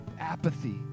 apathy